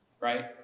right